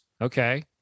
Okay